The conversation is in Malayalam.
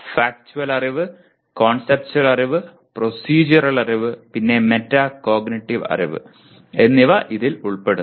ഫാക്റ്റ്വൽ അറിവ് കോൺസെപ്പ്റ്റുവൽ അറിവ് പ്രൊസെഡ്യൂറൽ അറിവ് പിന്നെ മെറ്റാകോഗ്നിറ്റീവ് അറിവ് എന്നിവ ഇതിൽ ഉൾപ്പെടുന്നു